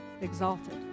exalted